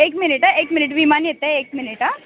एक मिनिट हां एक मिनिट विमान येत आहे एक मिनिट